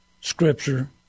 scripture